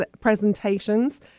presentations